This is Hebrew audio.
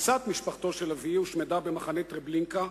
מקצת משפחתו של אבי הושמדה במחנה טרבלינקה,